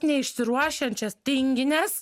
neišsiruošiančias tingines